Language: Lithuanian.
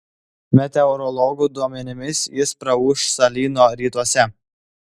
meteorologų duomenimis jis praūš salyno rytuose